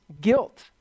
guilt